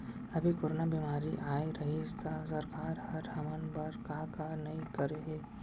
अभी कोरोना बेमारी अए रहिस त सरकार हर हमर बर का का नइ करे हे